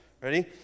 Ready